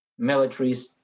militaries